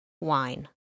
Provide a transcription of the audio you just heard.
Wine